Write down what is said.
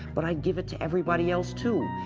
but i'd give it to everybody else, too.